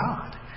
God